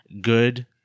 good